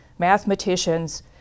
mathematicians